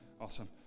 Awesome